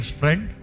friend